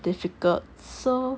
difficult so